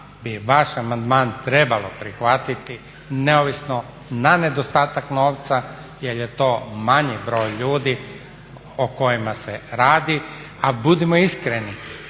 bi vaš amandman trebalo prihvatiti neovisno na nedostatak novca jer je to manji broj ljudi o kojima se radi, a budimo iskreni